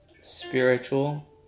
spiritual